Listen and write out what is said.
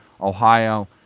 Ohio